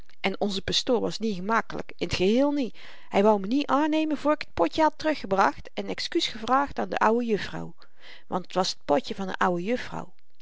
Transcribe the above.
en onze pastoor was niet gemakkelyk in t geheel niet hy wou me niet aannemen voor ik t potje had teruggebracht en excuus gevraagd aan de oude juffrouw want het was t potje van n oude juffrouw